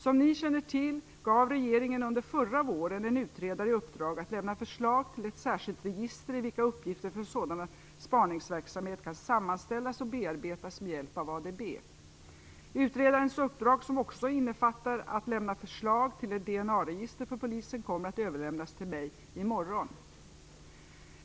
Som ni känner till gav regeringen under förra våren en utredare i uppdrag att lämna förslag till ett särskilt register i vilket uppgifter om sådan spaningsverksamhet kan sammanställas och bearbetas med hjäp av ADB. Utredarens uppdrag, som också innefattar att lämna förslag till ett DNA-register för polisen, kommer att överlämnas till mig i morgon.